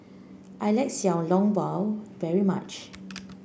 I like Xiao Long Bao very much